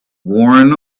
worn